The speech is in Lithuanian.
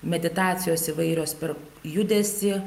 meditacijos įvairios per judesį